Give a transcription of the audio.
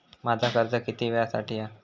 माझा कर्ज किती वेळासाठी हा?